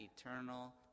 eternal